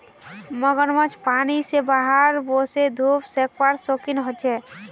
मगरमच्छ पानी से बाहर वोसे धुप सेकवार शौक़ीन होचे